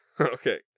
Okay